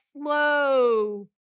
slow